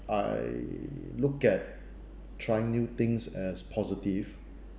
I look at trying new things as positive